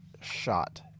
shot